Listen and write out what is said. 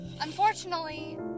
unfortunately